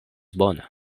bona